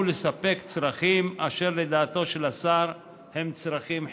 לספק צרכים אשר לדעתו של השר הם צריכים חיוניים.